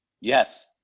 Yes